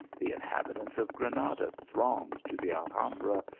the inhabitants of granada thronged to the alhambra,